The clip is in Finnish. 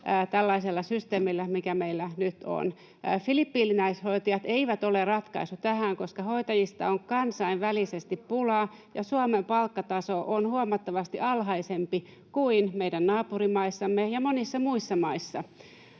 tällaisella systeemillä, mikä meillä nyt on. Filippiiniläishoitajat eivät ole ratkaisu tähän, koska hoitajista on kansainvälisesti pulaa ja Suomen palkkataso on huomattavasti alhaisempi kuin meidän naapurimaissamme ja monissa muissa maissa.